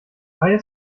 freie